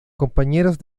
compañeros